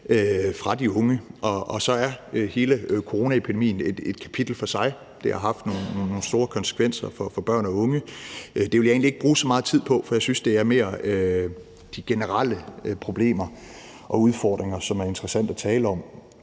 fra de unge. Så er hele coronaepidemien et kapitel for sig, og det har haft nogle store konsekvenser for børn og unge. Det vil jeg egentlig ikke bruge så meget tid på, for jeg synes, det mere er de generelle problemer og udfordringer, som er interessante at tale om.